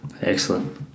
Excellent